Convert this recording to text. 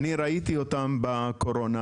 אני ראיתי אותם בקורונה,